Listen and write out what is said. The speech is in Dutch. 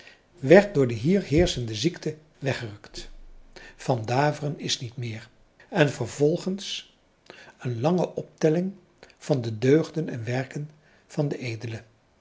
werd door de hier heerschende ziekte weggerukt van daveren is niet meer en vervolgens een lange optelling van de deugden en werken van den